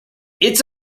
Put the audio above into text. its